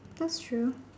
that's true